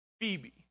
Phoebe